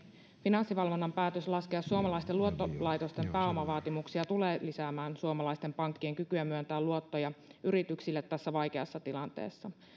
finanssivalvonnan päätös laskea suomalaisten luottolaitosten pääomavaatimuksia tulee lisäämään suomalaisten pankkien kykyä myöntää luottoja yrityksille tässä vaikeassa tilanteessa